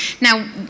Now